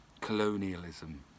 colonialism